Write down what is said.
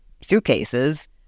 suitcases